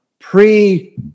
pre